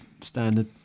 standard